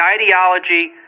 ideology